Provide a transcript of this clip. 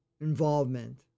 involvement